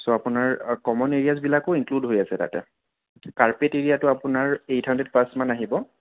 চ' আপোনাৰ কমন এৰিয়াজবিলাকো ইনক্লোড হৈ আছে তাতে কাৰ্পেট এৰিয়াটো আপোনাৰ এইট হাণ্ডেড্ৰেড প্লাচমান আহিব